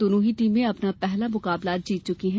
दोनों ही टीमें अपना पहला मुकाबला जीत चुकी हैं